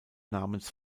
namens